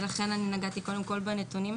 ולכן נגעתי קודם כל בנתונים,